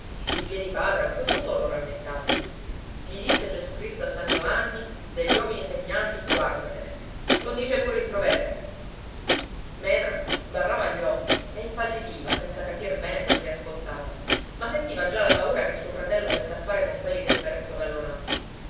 di piedipapera questo solo rammentategli gli disse gesù cristo a san giovanni degli uomini segnati guàrdatene lo dice pure il proverbio mena sbarrava gli occhi e impallidiva senza capir bene quel che ascoltava ma sentiva già la paura che suo fratello avesse a fare con quelli del berretto